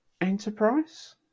Enterprise